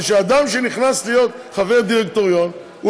מכיוון שאדם שנכנס להיות חבר דירקטוריון,